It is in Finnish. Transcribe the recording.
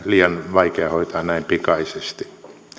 vaikea hoitaa näin pikaisesti